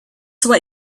what